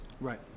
right